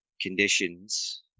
conditions